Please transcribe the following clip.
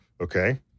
Okay